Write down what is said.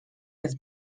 his